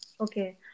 okay